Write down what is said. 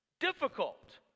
difficult